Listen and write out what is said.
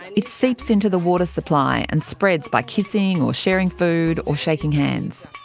it seeps into the water supply and spreads by kissing or sharing food or shaking hands.